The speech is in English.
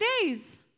days